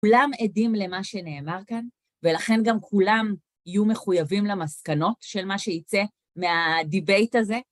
כולם עדים למה שנאמר כאן ולכן גם כולם יהיו מחויבים למסקנות של מה שייצא מהדיבייט הזה.